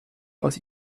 aus